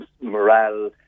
morale